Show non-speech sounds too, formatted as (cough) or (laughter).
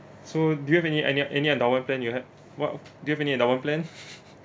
so do you have any any uh any endowment plan you have what do you have any endowment plan (laughs)